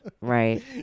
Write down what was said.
Right